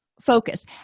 focus